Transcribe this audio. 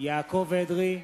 יעקב אדרי,